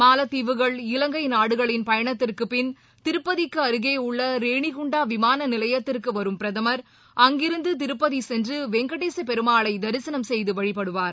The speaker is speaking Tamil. மாலத்தீவுகள் பயணத்திற்குபின் இலங்கைநாடுகளின் திருப்பதிக்குஅருகேஉள்ளரேணிகுண்டாவிமானநிலையத்திற்குவரும் பிரதமர் அங்கிருந்துதிருப்பதிசென்றுவெங்கடேசபெருமாளைதரிசனம் செய்துவழிபடுவார்